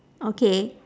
okay